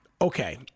Okay